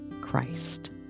Christ